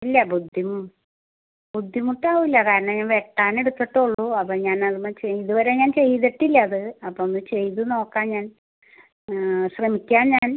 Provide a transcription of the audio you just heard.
ഇല്ല ബുദ്ധിമു ബുദ്ധിമുട്ടാവില്ല കാരണം ഞാൻ വെട്ടാൻ എടുത്തിട്ടേ ഉള്ളൂ അപ്പം ഞാനത് പക്ഷേ ഇതുവരെ ഞാൻ ചെയ്തിട്ടില്ല അത് അപ്പോൾ ഒന്ന് ചെയ്ത് നോക്കാം ഞാൻ ശ്രമിക്കാം ഞാൻ